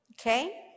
Okay